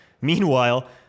Meanwhile